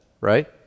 right